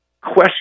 question